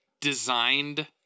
designed